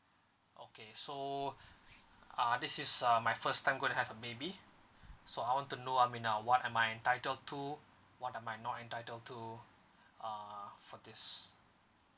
okay so uh this is uh my first time gonna have a baby so I want to know I mean uh what am I entitled to what am I not entitled to uh for this